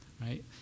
right